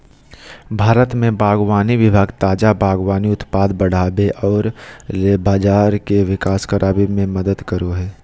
भारत में बागवानी विभाग ताजा बागवानी उत्पाद बढ़ाबे औरर बाजार के विकास कराबे में मदद करो हइ